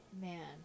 Man